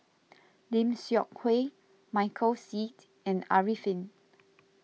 Lim Seok Hui Michael Seet and Arifin